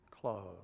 close